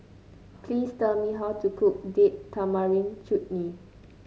please tell me how to cook Date Tamarind Chutney